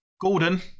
gordon